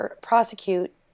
prosecute